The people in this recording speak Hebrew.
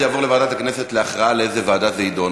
זה יעבור לוועדת הכנסת להכרעה באיזו ועדה זה יידון.